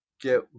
get